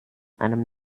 einem